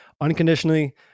unconditionally